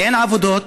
אין עבודות,